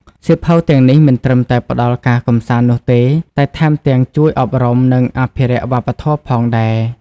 សៀវភៅទាំងនេះមិនត្រឹមតែផ្ដល់ការកម្សាន្តនោះទេ តែថែមទាំងជួយអប់រំ និងអភិរក្សវប្បធម៌ផងដែរ។